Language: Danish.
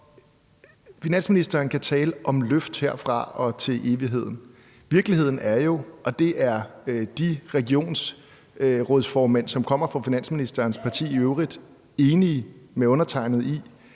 Finansministeren kan tale om løft herfra og til evigheden. Virkeligheden er jo – og det er de regionsrådsformænd, som kommer fra finansministerens parti, i øvrigt enig med undertegnede i